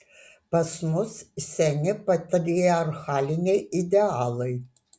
pas mus seni patriarchaliniai idealai